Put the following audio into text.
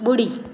ॿुड़ी